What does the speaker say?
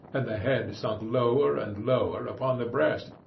and the head sunk lower and lower upon the breast,